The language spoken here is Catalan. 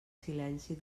silenci